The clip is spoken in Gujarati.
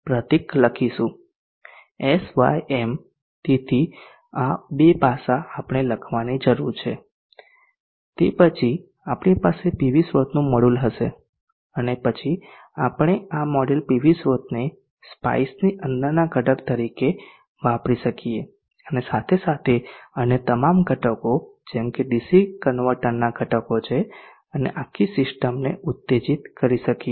sym તેથી આ બે પાસાં આપણે કરવાની જરૂર છે તે પછી આપણી પાસે પીવી સ્રોતનું મોડેલ હશે અને પછી આપણે આ મોડેલ પીવી સ્ત્રોતને SPICEની અંદરના ઘટક તરીકે વાપરી શકીએ અને સાથે સાથે અન્ય તમામ ઘટકો જેમકે ડીસી કન્વર્ટરના ઘટકો છે અને આખી સિસ્ટમને ઉત્તેજીત કરી શકીએ